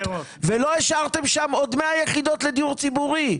ולא השארתם שם עוד 100 יחידות לדיור ציבורי,